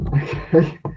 Okay